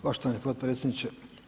Poštovani potpredsjedniče.